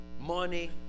money